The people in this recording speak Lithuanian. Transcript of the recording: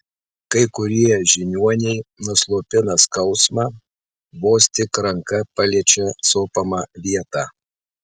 kai kurie žiniuoniai nuslopina skausmą vos tik ranka paliečia sopamą vietą